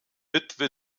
witwe